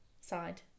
side